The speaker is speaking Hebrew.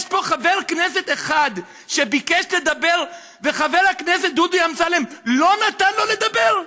יש פה חבר כנסת אחד שביקש לדבר וחבר הכנסת דודי אמסלם לא נתן לו לדבר?